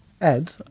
Ed